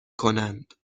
کنند